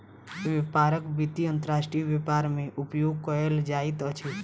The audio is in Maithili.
व्यापारक वित्त अंतर्राष्ट्रीय व्यापार मे उपयोग कयल जाइत अछि